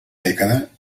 dècada